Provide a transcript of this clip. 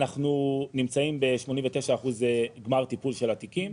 אנחנו נמצאים ב-89% גמר טיפול של התיקים.